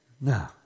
No